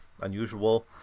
unusual